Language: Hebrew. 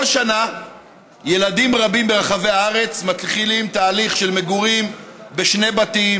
כל שנה ילדים רבים ברחבי הארץ מתחילים תהליך של מגורים בשני בתים